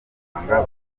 muganga